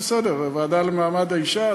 כל ועדה שתבחרו, בסדר, הוועדה למעמד האישה,